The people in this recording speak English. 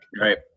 right